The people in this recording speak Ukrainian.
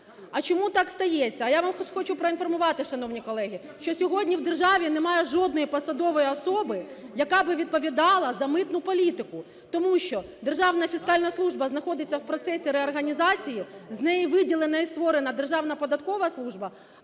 А чому так стається? А я вам хочу проінформувати, шановні колеги, що сьогодні в державі немає жодної посадової особи, яка би відповідала за митну політику. Тому що Державна фіскальна служба знаходиться в процесі реорганізації, з неї виділена і створена Державна податкова служба,